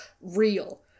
real